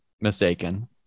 mistaken